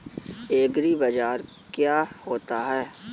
एग्रीबाजार क्या होता है?